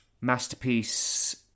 Masterpiece